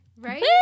Right